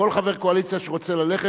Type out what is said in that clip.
כל חבר קואליציה שרוצה ללכת,